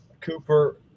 Cooper